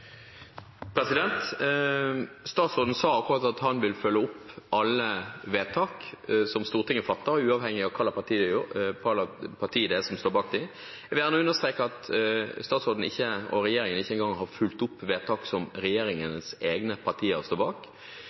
Statsråden sa akkurat at han vil følge opp alle vedtak som Stortinget fatter, uavhengig av hvilke partier som står bak dem. Jeg vil gjerne understreke at statsråden og regjeringen ikke engang har fulgt opp vedtak som regjeringens egne partier står bak.